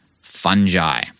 fungi